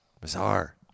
Bizarre